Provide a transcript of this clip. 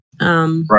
Right